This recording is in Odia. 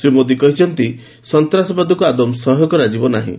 ଶ୍ରୀ ମୋଦୀ କହିଛନ୍ତି ସନ୍ତାସବାଦକୁ ଆଦୌ ସହ୍ୟ କରାଯିବ ନାହିଁ